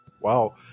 Wow